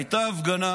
הייתה הפגנה